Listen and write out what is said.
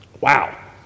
Wow